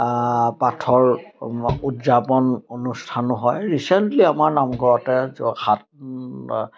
পাঠৰ উদযাপন অনুষ্ঠানো হয় ৰিচেণ্টলি আমাৰ নামঘৰতে সাত